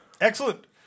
Excellent